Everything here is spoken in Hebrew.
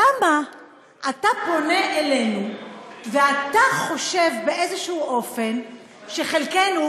למה אתה פונה אלינו ואתה חושב באיזשהו אופן שחלקנו,